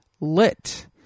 Lit